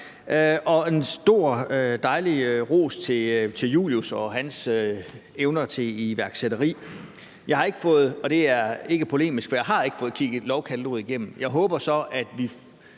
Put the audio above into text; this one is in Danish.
en stor ros til Julius og hans evner til iværksætteri. Jeg har ikke – og det er ikke polemisk – fået kigget lovkataloget igennem, men jeg håber så, at vi